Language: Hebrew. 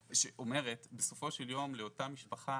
שאומרת שבסופו של יום לאותה משפחה